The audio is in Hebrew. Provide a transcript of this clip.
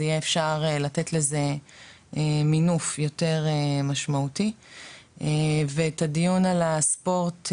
אז יהיה אפשר לתת לזה מינוף יותר משמעותי ואת הדיון על הספורט,